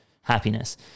happiness